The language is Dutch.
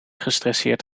gestresseerd